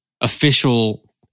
official